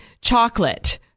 chocolate